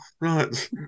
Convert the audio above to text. Right